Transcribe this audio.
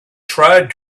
tried